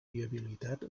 viabilitat